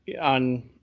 on